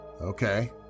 Okay